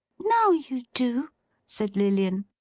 now you do said lilian,